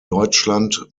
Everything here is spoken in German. deutschland